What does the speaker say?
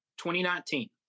2019